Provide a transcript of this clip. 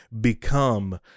become